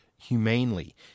humanely